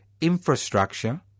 infrastructure